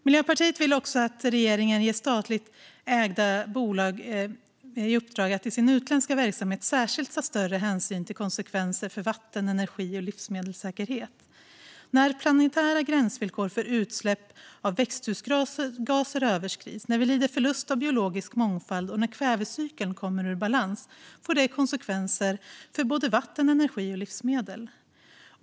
Miljöpartiet vill också att regeringen ger statligt ägda bolag i uppdrag att i sin utländska verksamhet särskilt ta större hänsyn till konsekvenserna för vatten, energi och livsmedelssäkerhet. När planetära gränsvillkor för utsläpp av växthusgaser överskrids, när vi lider förlust av biologisk mångfald och när kvävecykeln kommer ur balans får det konsekvenser för både vatten, energi och livsmedel.